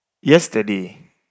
Yesterday